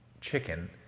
chicken